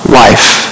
life